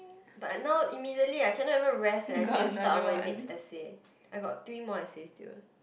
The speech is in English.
but now immediately I cannot even rest eh I need to start on my next essay I got three more essays due